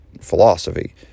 philosophy